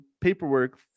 paperwork